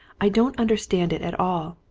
i don't understand it at all.